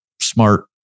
smart